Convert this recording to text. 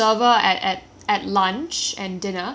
and um he was so um